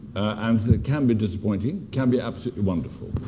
um it can be disappointing, can be absolutely wonderful.